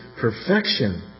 perfection